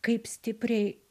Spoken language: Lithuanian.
kaip stipriai